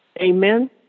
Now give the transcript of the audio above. Amen